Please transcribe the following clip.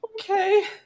okay